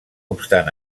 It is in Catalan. obstant